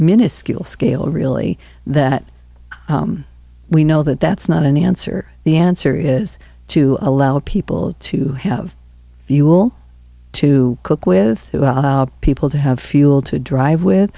miniscule scale really that we know that that's not an answer the answer is to allow people to have fuel to cook with people to have fuel to drive with